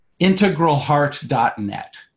IntegralHeart.net